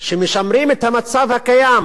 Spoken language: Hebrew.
שמשמרים את המצב הקיים